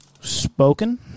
Spoken